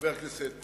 חבר כנסת